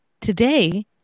Today